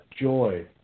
joy